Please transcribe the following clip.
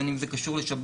בין אם זה קשור לשב"ס,